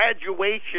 graduation